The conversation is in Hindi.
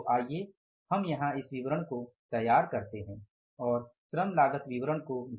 तो आइए हम यहां इस विवरण को तैयार करते हैं और श्रम लागत विचरण को भी